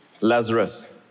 Lazarus